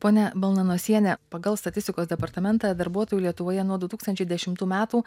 ponia balnanosiene pagal statistikos departamentą darbuotojų lietuvoje nuo du tūkstančiai dešimtų me metų